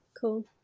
Cool